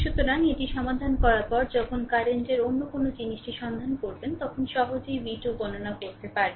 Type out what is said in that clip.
সুতরাং এটি সমাধান করার পরে যখন কারেন্টের অন্য কোনও জিনিসটি সন্ধান করুন তখন সহজেই v 2 গণনা করতে পারবেন